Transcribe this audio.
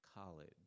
college